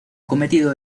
cometido